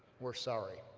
we're sorry,